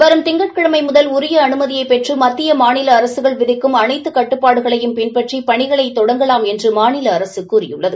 வரும் திங்கட்கிழமை முதல் உரி அனுமதியை பெற்று மத்திய மாநில அரசுகள் விதிக்கும் அனைத்து கட்டுப்பாடுகளையும் பின்பற்றி பணிகளை தொடங்கலாம் என்று மாநில அரசு கூறியுள்ளது